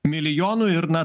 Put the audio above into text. milijonų ir na